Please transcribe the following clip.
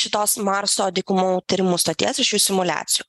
šitos marso dykumų tyrimų stoties iš jų simuliacijų